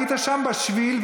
היית שם בשביל,